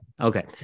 Okay